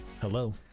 Hello